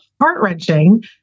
heart-wrenching